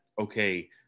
okay